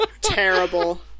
Terrible